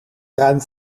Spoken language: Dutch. ruim